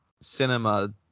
cinema